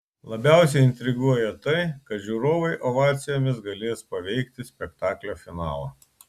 labiausiai intriguoja tai kad žiūrovai ovacijomis galės paveikti spektaklio finalą